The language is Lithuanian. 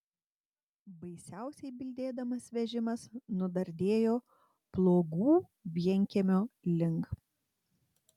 baisiausiai bildėdamas vežimas nudardėjo pluogų vienkiemio link